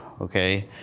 okay